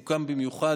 הוא הוקם במיוחד